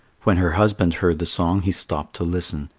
when her husband heard the song, he stopped to listen.